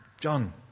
John